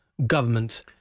Government